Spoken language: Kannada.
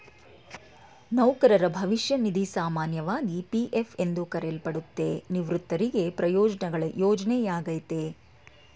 ನೌಕರರ ಭವಿಷ್ಯ ನಿಧಿ ಸಾಮಾನ್ಯವಾಗಿ ಪಿ.ಎಫ್ ಎಂದು ಕರೆಯಲ್ಪಡುತ್ತೆ, ನಿವೃತ್ತರಿಗೆ ಪ್ರಯೋಜ್ನಗಳ ಯೋಜ್ನೆಯಾಗೈತೆ